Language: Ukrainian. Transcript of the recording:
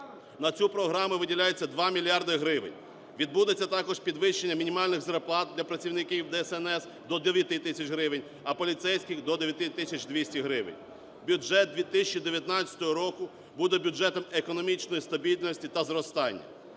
На цю програму виділяється 2 мільярди гривень. Відбудеться також підвищення мінімальних зарплат для працівників ДСНС до 9 тисяч гривень, а поліцейських до 9 тисяч 200 гривень. Бюджет 2019 року буде бюджетом економічної стабільності та зростання.